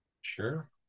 Sure